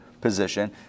position